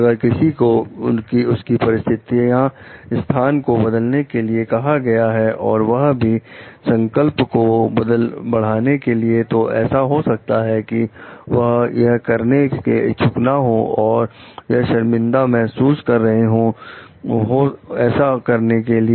अगर किसी को उसकी परिस्थितियां स्थान को बदलने के लिए कहा जाता है और वह भी संकल्प को बढ़ाने के लिए तो ऐसा हो सकता है कि वह यह करने के इच्छुक ना हो और वह शर्मिंदा महसूस कर रहे हो ऐसा करने के लिए